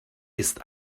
ist